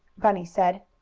bunny said.